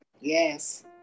Yes